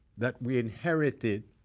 that we inherited